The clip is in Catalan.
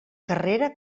carrera